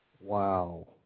Wow